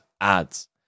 ads